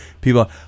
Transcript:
People